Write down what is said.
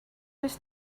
was